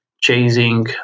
chasing